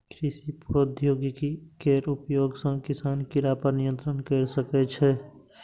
कृषि प्रौद्योगिकी केर उपयोग सं किसान कीड़ा पर नियंत्रण कैर सकै छै